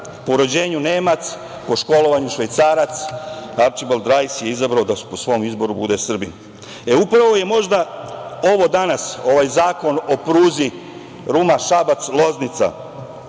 po rođenju Nemac, po školovanju Švajcarac Arčibald Rajs je izabrao da po svom izboru bude Srbin. Upravo je možda ovo danas, ovaj zakon o pruzi Ruma – Šabac – Loznica